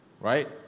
right